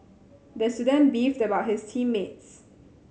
the student beefed about his team mates